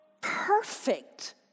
perfect